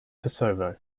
kosovo